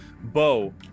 Bo